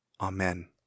Amen